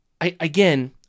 again